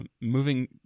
moving